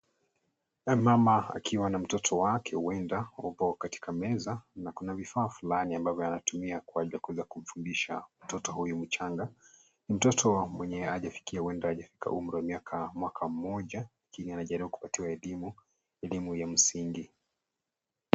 Mama akiwa na mtoto wake huenda yupo katika meza na kuna vifaa fulani ambavyo anatumia kwa ajili ya kuweza kumfundisha mtoto huyu mchanga. Mtoto mwenye ajafikia huenda hajafika umri wa miaka, mwaka mmoja lakini anajaribu kupatiwa elimu, elimu ya msingi.